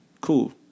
Cool